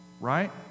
right